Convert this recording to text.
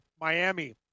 Miami